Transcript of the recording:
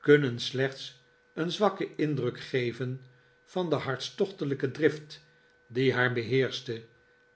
kunnen slechts een zwakken indruk geven van de hartstochtelijke drift die haar beheerschte